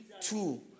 two